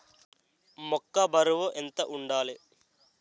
మొక్కొ బరువు ఎంత వుండాలి?